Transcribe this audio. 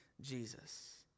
Jesus